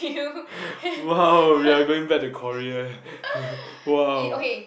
!wow! we are going back to Korea !wow!